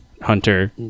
Hunter